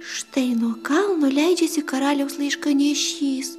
štai nuo kalno leidžiasi karaliaus laiškanešys